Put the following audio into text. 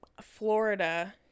florida